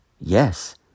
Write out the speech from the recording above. yes